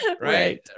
Right